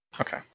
Okay